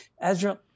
Ezra